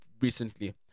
recently